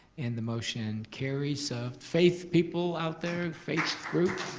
and the motion carries. so faith people out there, faith group.